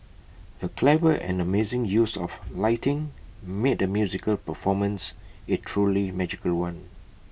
the clever and amazing use of lighting made the musical performance A truly magical one